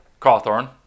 Cawthorn